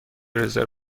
رزرو